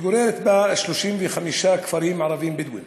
מתגוררים ב-35 כפרים ערביים בדואיים